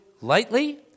lightly